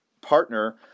partner